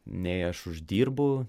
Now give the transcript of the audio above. nei aš uždirbu